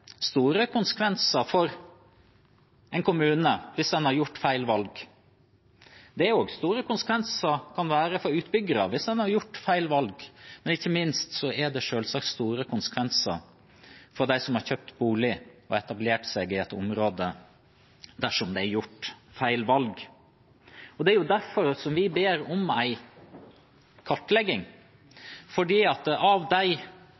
store konsekvenser for utbyggere hvis en har gjort feil valg, men ikke minst får det selvsagt store konsekvenser for dem som har kjøpt bolig og etablert seg i et område, dersom det er gjort feil valg. Det er derfor vi ber om en kartlegging. Av de